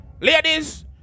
ladies